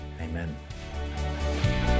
Amen